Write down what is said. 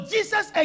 Jesus